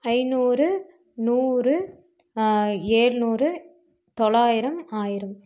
ஐநூறு நூறு எழுநூறு தொள்ளாயிரம் ஆயிரம்